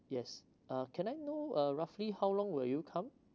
yes uh can I know uh roughly how long will you come